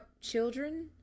children